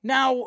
Now